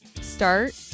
start